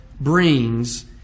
brings